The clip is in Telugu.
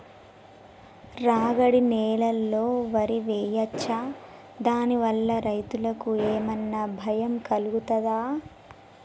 రాగడి నేలలో వరి వేయచ్చా దాని వల్ల రైతులకు ఏమన్నా భయం కలుగుతదా?